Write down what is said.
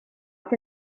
sydd